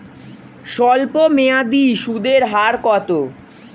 স্বল্পমেয়াদী সুদের হার কত?